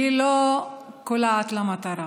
היא לא קולעת למטרה.